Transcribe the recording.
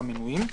המנויים".